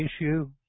issue